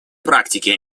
практике